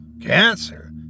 Cancer